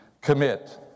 commit